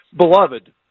Beloved